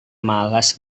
malas